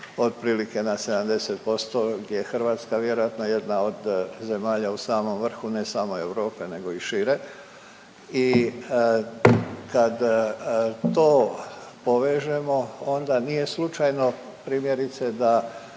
otprilike na 70% gdje je Hrvatska vjerojatno jedna od zemalja u samom vrhu, ne samo Europe, nego i šire. I kad to povežemo onda nije slučajno primjerice da